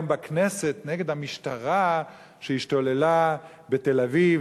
בכנסת נגד המשטרה שהשתוללה בתל-אביב.